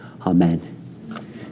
Amen